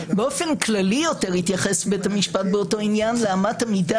באופן כללי יותר התייחס בית המשפט באותו עניין לאמת המידה